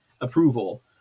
approval